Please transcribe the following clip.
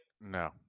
No